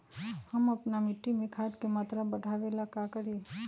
हम अपना मिट्टी में खाद के मात्रा बढ़ा वे ला का करी?